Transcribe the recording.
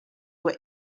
were